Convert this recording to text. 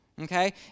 Okay